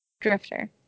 Drifter